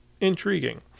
intriguing